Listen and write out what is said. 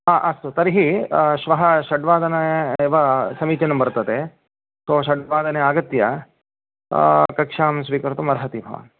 हा अस्तु तर्हि श्वः षड्वादने एव समीचीनं वर्तते अथवा षड्वादने आगत्य कक्षां स्वीकर्तुमर्हति भवान्